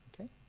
Okay